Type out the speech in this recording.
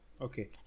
Okay